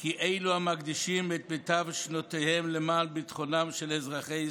כי אלו המקדישים את מיטב שנותיהם למען ביטחונם של אזרחי ישראל,